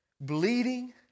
Bleeding